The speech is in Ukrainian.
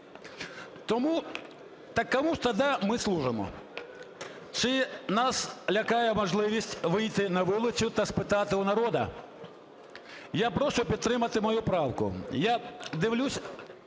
Тому так кому ж тоді ми служимо? Чи нас лякає можливість вийти на вулицю та спитати у народу? Я прошу підтримати мою правку. Я дивлюсь,